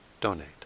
donate